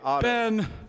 Ben